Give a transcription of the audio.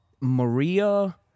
Maria